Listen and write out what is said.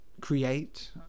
create